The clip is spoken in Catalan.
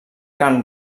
carn